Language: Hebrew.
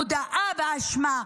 הודאה באשמה,